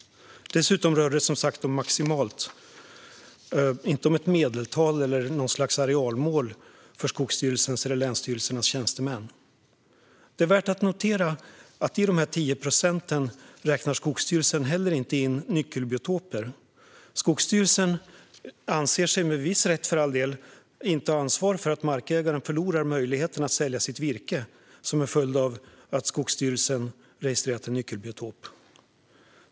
Dessutom rör det sig, som sagt, om vad man maximalt förväntar sig att en markägare ska tåla. Det är inte ett medeltal och inte ett arealmål för Skogsstyrelsens eller länsstyrelsernas tjänstemän. Det är värt att notera att Skogsstyrelsen inte heller räknar in nyckelbiotoper i dessa 10 procent. Skogsstyrelsen anser sig, för all del med viss rätt, inte ha ansvar för att markägaren förlorar möjligheten att sälja sitt virke som en följd av att Skogsstyrelsen har registrerat en nyckelbiotop.